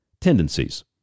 tendencies